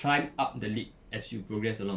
climb up the league as you progress along